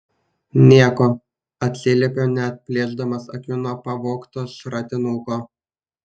nieko atsiliepiau neatplėšdamas akių nuo pavogto šratinuko